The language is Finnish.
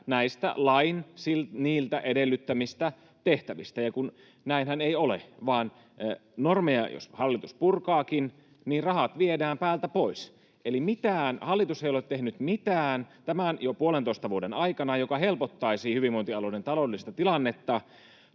näistä lain niiltä edellyttämistä tehtävistä. Näinhän ei ole, vaan jos hallitus normeja purkaakin, niin rahat viedään päältä pois. Eli hallitus ei ole tehnyt tämän jo puolentoista vuoden aikana mitään, mikä helpottaisi hyvinvointialueiden taloudellista tilannetta,